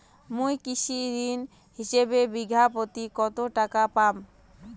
মুই কৃষি ঋণ হিসাবে বিঘা প্রতি কতো টাকা পাম?